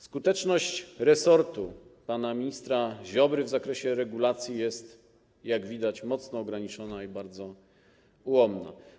Skuteczność resortu pana ministra Ziobry w zakresie regulacji jest, jak widać, mocno ograniczona i bardzo ułomna.